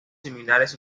similares